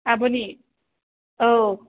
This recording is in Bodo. आब'नि औ